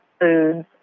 foods